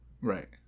Right